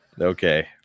Okay